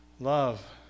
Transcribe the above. Love